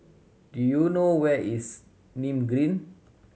do you know where is Nim Green